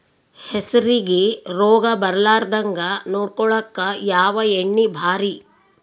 ಹೆಸರಿಗಿ ರೋಗ ಬರಲಾರದಂಗ ನೊಡಕೊಳುಕ ಯಾವ ಎಣ್ಣಿ ಭಾರಿ?